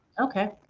okay